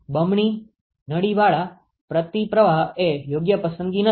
બમણી નળીવાળા પ્રતિપ્રવાહ એ યોગ્ય પસંદગી નથી